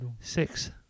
Six